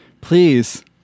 Please